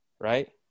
right